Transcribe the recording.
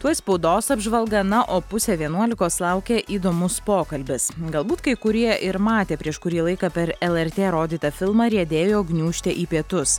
tuoj spaudos apžvalga na o pusė vienuolikos laukia įdomus pokalbis galbūt kai kurie ir matė prieš kurį laiką per lrt rodytą filmą riedėjo gniūžtė į pietus